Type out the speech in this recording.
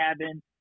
cabin